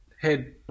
head